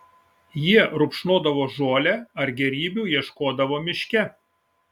jie rupšnodavo žolę ar gėrybių ieškodavo miške